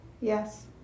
Yes